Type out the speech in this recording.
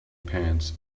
pants